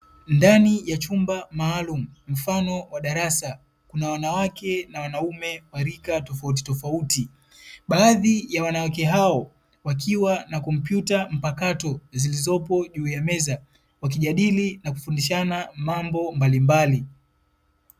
Ndani ya chumba maalumu mfano wa darasa, kuna wanawake na wanaume wa rika tofautitofauti, baadhi ya wanawake hao wakiwa na kompyuta mpakato zilizopo juu ya meza wakijadili na kufundishana mambo mbalimbali.